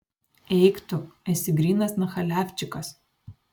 eik tu esi grynas nachaliavčikas